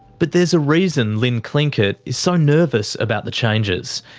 but there's a reason lyn clinckett is so nervous about the changes.